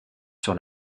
sur